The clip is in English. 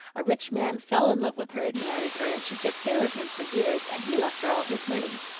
a rich man fell in love with her and married her, and she took care of him for years, and he left her all his money.